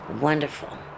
wonderful